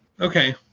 Okay